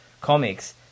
comics